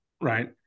right